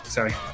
Sorry